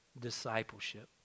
discipleship